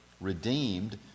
redeemed